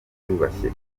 biyubashye